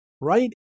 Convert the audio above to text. right